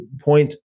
point